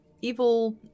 evil